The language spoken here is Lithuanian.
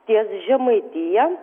ties žemaitija